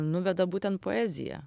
nuveda būtent poezija